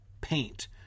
paint